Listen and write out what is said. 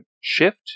shift